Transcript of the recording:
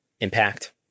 impact